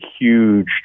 huge